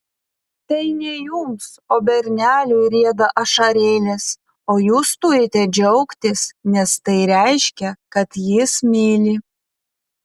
tai ne jums o berneliui rieda ašarėlės o jūs turite džiaugtis nes tai reiškia kad jis myli